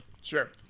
Sure